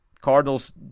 Cardinals